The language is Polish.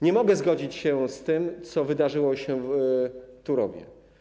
Nie mogę zgodzić się z tym, co wydarzyło się w Turowie.